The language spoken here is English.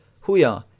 Huya